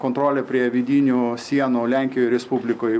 kontrolė prie vidinių sienų lenkijoj respublikoj